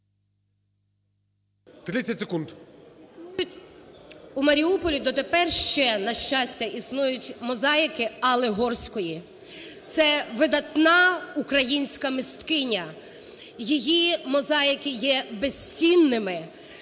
У Маріуполі дотепер ще, на щастя, існують мозаїки Алли Горської. Це видатна українська мисткиня, її мозаїки є безцінними.